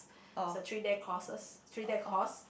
is a three days courses three day course